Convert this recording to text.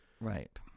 Right